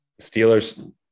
Steelers